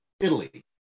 Italy